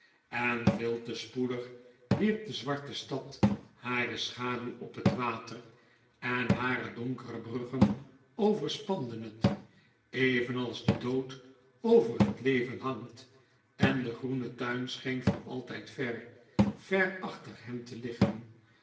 en veel te spoedig wierp de zwarte stad hare schaduw op het water en hare donkere bruggen overspanden het evenals de dood over net leven hangt en de groene tuin scheen voor altyd ver ver achter hen te liggen